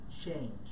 change